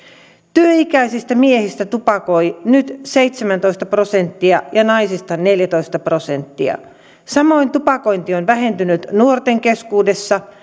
työikäisistä miehistä tupakoi nyt seitsemäntoista prosenttia ja naisista neljätoista prosenttia samoin tupakointi on vähentynyt nuorten keskuudessa